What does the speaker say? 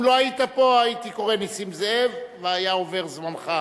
אם לא היית פה הייתי קורא "נסים זאב" והיה עובר זמנך.